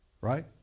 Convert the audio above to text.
Right